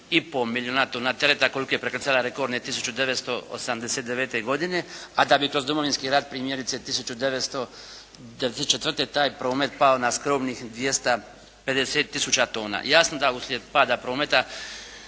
i po milijuna tona terata koliko je prekrcano rekordne 1989. godine a da bi kroz Domovinski rat primjerice 1994. taj promet pao na skromnih 250 tisuća tona. Jasno da uslijed pada prometa